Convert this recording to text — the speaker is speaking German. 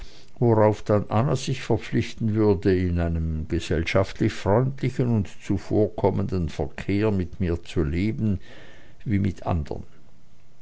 worauf dann anna sich verpflichten würde in einem gesellschaftlich freundlichen und zuvorkommenden verkehr mit mir zu leben wie mit anderen